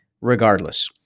regardless